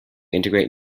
integrate